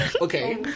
Okay